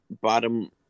bottom